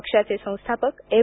पक्षाचे संस्थापक एम